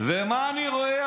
ומה אני רואה?